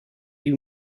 you